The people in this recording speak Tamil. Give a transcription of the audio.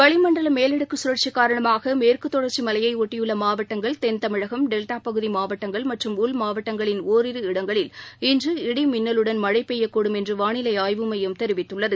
வளிமண்டலமேலடுக்குசுழற்சிகாரணமாகமேற்குதொடர்ச்சிமலையை ஒட்டி யுள்ளமாவட்டங்கள் தென் தமிழகம் டெல்டாபகுதிமாவட்டங்கள் மற்றும் உள் மாவட்டங்களில் ஓரிரு இடங்களில் இன்று இடி மின்னலுடன் மழைபெய்யக்கூடும் என்றுவானிலைஆய்வு மையம் தெரிவித்துள்ளது